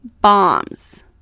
bombs